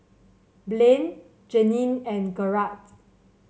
Blaine Janine and Garett